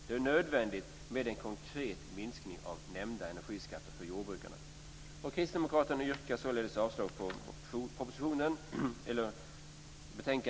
Det är nödvändigt med en konkret minskning av nämnda energiskatter för jordbrukarna.